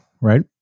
right